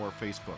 facebook